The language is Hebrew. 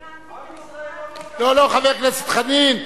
עם ישראל לא כל כך, לא, לא, חבר הכנסת חנין.